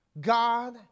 God